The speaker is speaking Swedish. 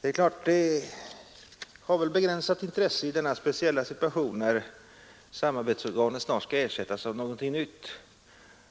Det har väl begränsat intresse i denna speciella situation, när samarbetsorganet snart skall ersättas av någonting nytt,